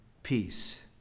Peace